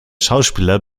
schauspieler